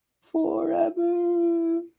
forever